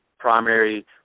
Primary